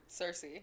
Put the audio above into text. cersei